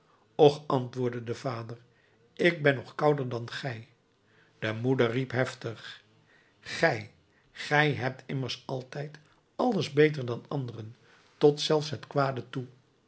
och antwoordde de vader ik ben nog kouder dan gij de moeder riep heftig gij gij hebt immers altijd alles beter dan anderen tot zelfs het kwade toe